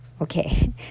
Okay